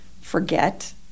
forget